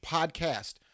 Podcast